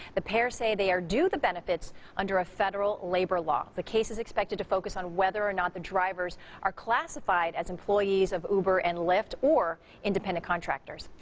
the pair say they are due the benefits under a federal labor law. the case is expected to focus on whether or not the drivers are classified as employees of uber and lyft or independent contractors.